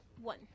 One